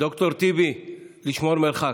ד"ר טיבי, שמור מרחק.